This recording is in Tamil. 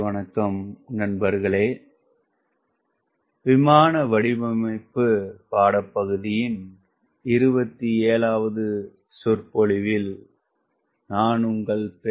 வணக்கம் நண்பர்களே